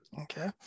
Okay